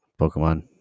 pokemon